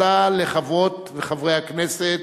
תודה לחברות וחברי הכנסת.